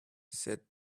said